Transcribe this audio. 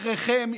אחריכם,